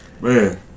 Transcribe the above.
Man